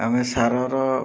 ଆମେ ସାରର